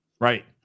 Right